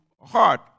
heart